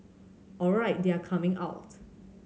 alright they are coming out